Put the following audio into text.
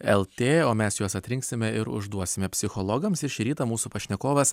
lt o mes juos atrinksime ir užduosime psichologams ir šį rytą mūsų pašnekovas